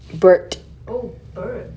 oh bert